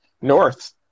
North